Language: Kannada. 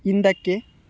ಹಿಂದಕ್ಕೆ